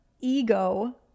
ego